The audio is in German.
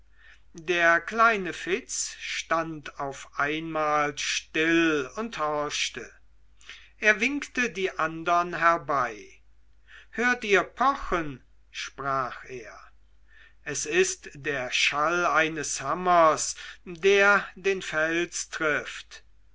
der kleine fitz stand auf einmal still und horchte er winkte die andern herbei hört ihr pochen sprach er es ist der schall eines hammers der den fels trifft